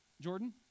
Jordan